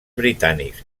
britànics